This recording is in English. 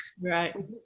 Right